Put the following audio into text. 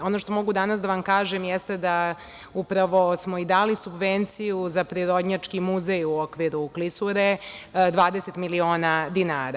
Ono što mogu danas da vam kažem jeste da upravo smo i dali subvenciju za Prirodnjački muzej u okviru klisure, 20 miliona dinara.